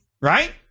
right